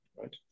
right